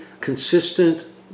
consistent